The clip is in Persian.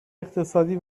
اقتصادی